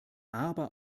aber